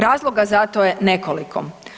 Razloga za to je nekoliko.